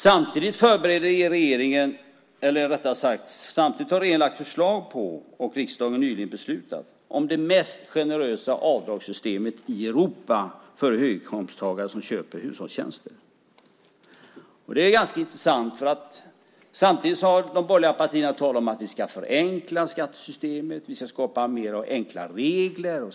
Samtidigt har regeringen lagt fram förslag på, och riksdagen nyligen beslutat om, det mest generösa avdragssystemet i Europa för höginkomsttagare som köper hushållstjänster. Det är intressant. Samtidigt har de borgerliga partierna talat om att förenkla skattesystemet, att det ska bli fler enkla regler.